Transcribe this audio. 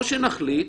או שנחליט